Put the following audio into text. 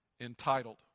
Entitled